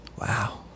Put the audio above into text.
Wow